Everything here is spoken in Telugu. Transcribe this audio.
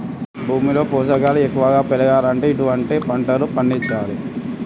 భూమిలో పోషకాలు ఎక్కువగా పెరగాలంటే ఎటువంటి పంటలు పండించాలే?